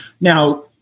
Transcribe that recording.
Now